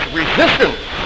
resistance